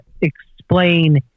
explain